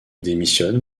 démissionne